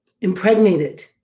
impregnated